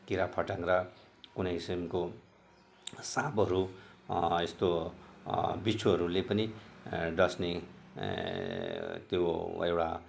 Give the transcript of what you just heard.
किरा फटेङ्ग्रा कुनै किसिमको साँपहरू यस्तो बिच्छुहरूले पनि डस्ने त्यो एउटा